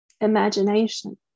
imagination